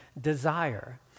desire